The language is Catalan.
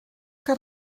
que